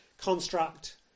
construct